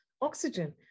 oxygen